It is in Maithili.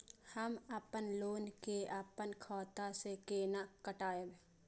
हम अपन लोन के अपन खाता से केना कटायब?